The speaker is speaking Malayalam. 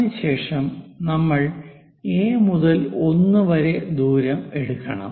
അതിനുശേഷം നമ്മൾ എ മുതൽ 1 വരെ ദൂരം എടുക്കണം